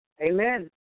Amen